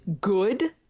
good